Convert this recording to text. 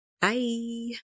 Bye